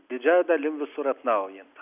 didžiąja dalim visur atnaujinta